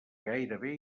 gairebé